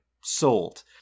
sold